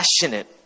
passionate